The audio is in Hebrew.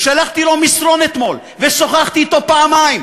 ושלחתי לו מסרון אתמול ושוחחתי אתו פעמיים.